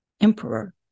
emperor